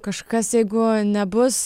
kažkas jeigu nebus